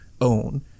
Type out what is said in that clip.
own